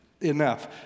enough